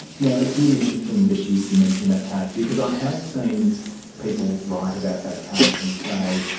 now, it's really interesting that you you mention that case, because i have seen people write about that case and say,